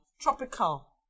tropical